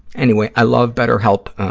anyway, i love betterhelp.